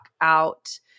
out